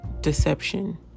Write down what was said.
deception